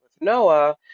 Noah